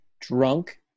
drunk